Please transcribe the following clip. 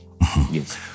Yes